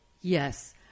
Yes